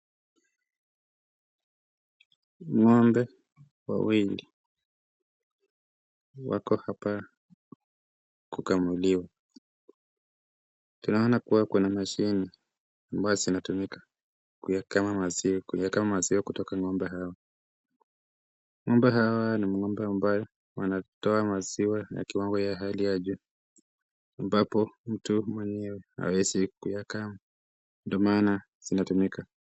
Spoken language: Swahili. Ng'ombe wawili wako hapa kukamuliwa, tunaona kuwa kuna mashini zinatumika kuyakama maziwa kutoka kwa ng'ombe hawa. Ng'ombe hawa wanatoa maziwa kwa kiwango cha hali ya juu ambapo mtu hawezi kuyakama ndiyo maana mashine zinatumika.